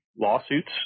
lawsuits